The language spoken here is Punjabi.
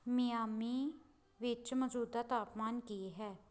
ਮਿਆਮੀ ਵਿੱਚ ਮੌਜੂਦਾ ਤਾਪਮਾਨ ਕੀ ਹੈ